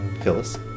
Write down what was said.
Phyllis